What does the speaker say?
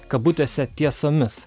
kabutėse tiesomis